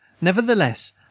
Nevertheless